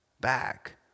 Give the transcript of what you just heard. Back